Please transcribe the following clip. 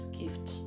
gift